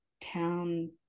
town